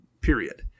period